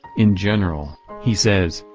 in general, he says,